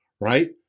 right